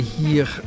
hier